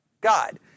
God